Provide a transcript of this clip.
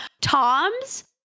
toms